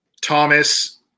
Thomas